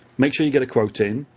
make sure you get a quote in,